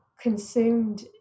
consumed